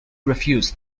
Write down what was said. refused